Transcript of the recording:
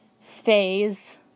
phase